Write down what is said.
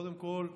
קודם כול,